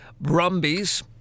brumbies